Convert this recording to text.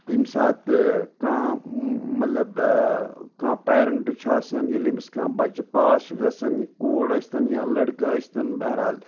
ییٚمہِ ساتہٕ کانٛہہ مطلب کانٛہہ پیرَنٛٹ چھُ آسَان ییٚلہِ أمِس کانٛہہ بَچہِ پاس چھُ گَژھان کوٗر ٲسۍ تَن یا لٔڑکہٕ ٲسۍ تَن بہرحال